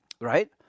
right